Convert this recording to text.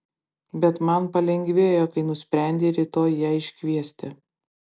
bet man palengvėjo kai nusprendei rytoj ją iškviesti